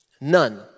None